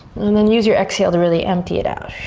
and then use your exhale to really empty it out.